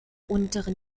unteren